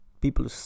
people